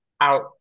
out